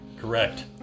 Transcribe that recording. Correct